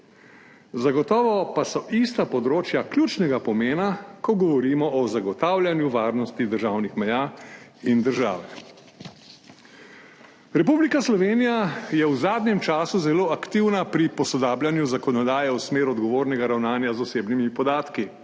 Zagotovo pa so ista področja ključnega pomena, ko govorimo o zagotavljanju varnosti državnih meja in države. Republika Slovenija je v zadnjem času zelo aktivna pri posodabljanju zakonodaje v smer odgovornega ravnanja z osebnimi podatki.